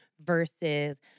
versus